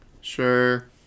Sure